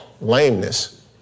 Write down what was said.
Lameness